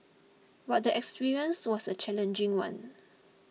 but the experience was a challenging one